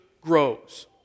grows